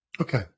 okay